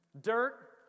dirt